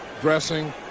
dressing